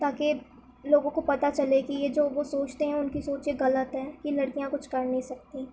تاکہ لوگوں کو پتہ چلے کہ یہ جو وہ سوچتے ہیں ان کی سوچیں غلط ہیں کہ لڑکیاں کچھ کر نہیں سکتیں